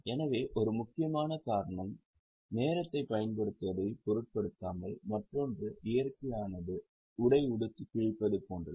எனவே ஒரு முக்கியமான காரணம் நேரத்தைப் பயன்படுத்துவதைப் பொருட்படுத்தாமல் மற்றொன்று இயற்கையானது உடைஉடுத்தி கிழிப்பது போன்றது